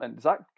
Zach